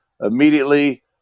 immediately